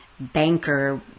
Banker